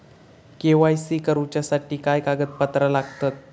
KYC करूच्यासाठी काय कागदपत्रा लागतत?